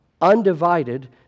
undivided